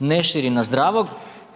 ne širi na zdravog,